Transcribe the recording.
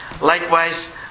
Likewise